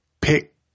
pick